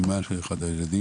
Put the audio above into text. אמא של אחד מהילדים,